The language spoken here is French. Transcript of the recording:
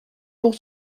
pour